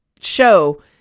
show